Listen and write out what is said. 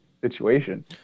situation